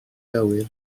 gywir